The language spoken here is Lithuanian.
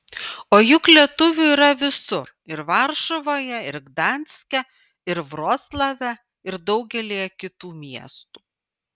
o juk lietuvių yra visur ir varšuvoje ir gdanske ir vroclave ir daugelyje kitų miestų